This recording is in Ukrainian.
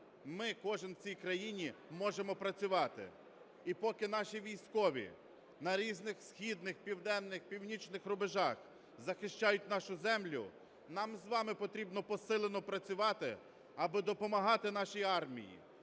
ми, кожен в цій країні, можемо працювати. І поки наші військові на різних східних, південних, північних рубежах захищають нашу землю, нам з вами потрібно посилено працювати, аби допомагати нашій армії